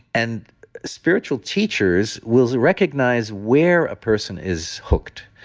and spiritual teachers will recognize where a person is hooked.